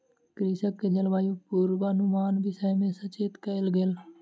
कृषक के जलवायु पूर्वानुमानक विषय में सचेत कयल गेल